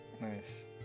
Nice